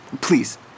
please